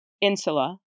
insula